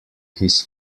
his